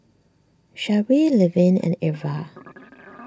Sharee Levin and Irva